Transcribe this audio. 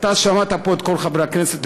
אתה שמעת פה את כל חברי הכנסת,